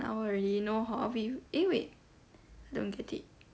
orh really no eh wait don't get it